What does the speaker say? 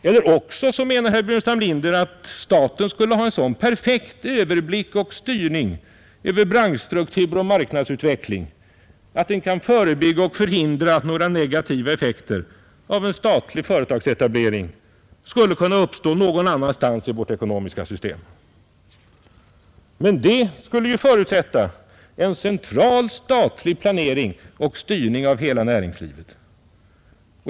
Eller också menar herr Burenstam Linder att staten skulle ha en sådan perfekt överblick och styrning över branschstruktur och marknadsutveckling att den kan förebygga och förhindra att negativa effekter av en statlig företagsetablering skulle kunna uppstå någon annanstans i vårt ekonomiska system. Men det skulle ju förutsätta en central statlig planering och styrning av hela näringslivet.